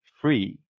free